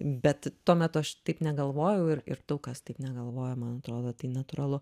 bet tuo metu aš taip negalvojau ir ir daug kas taip negalvojo man atrodo tai natūralu